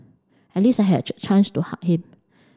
at least I had chance to hug him